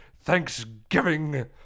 Thanksgiving